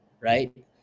right